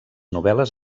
novel·les